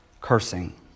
cursing